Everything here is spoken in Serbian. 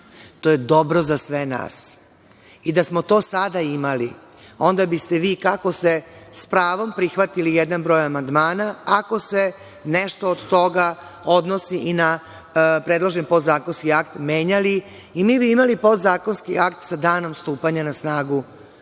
To je dobro za sve nas i da smo to sada imali, onda biste vi, kako ste sa pravom prihvatili jedan broj amandmana, ako se nešto od toga odnosi i na predloženi podzakonski akt menjali, imali podzakonski akt sa danom stupanja na snagu ovog